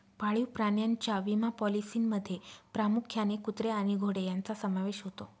पाळीव प्राण्यांच्या विमा पॉलिसींमध्ये प्रामुख्याने कुत्रे आणि घोडे यांचा समावेश होतो